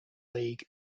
league